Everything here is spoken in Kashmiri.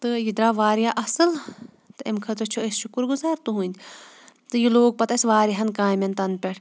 تہٕ یہِ درٛاو واریاہ اصٕل تہٕ اَمہِ خٲطرٕ چھِ أسۍ شکر گُزار تُہنٛدۍ تہٕ یہِ لوگ پَتہٕ اسہِ واریاہَن کامیٚن تَنہٕ پٮ۪ٹھ